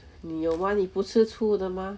你有吗你不吃醋的吗